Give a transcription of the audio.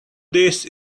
this